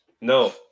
No